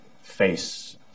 face